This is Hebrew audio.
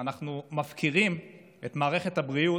אנחנו מפקירים את מערכת הבריאות,